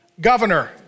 Governor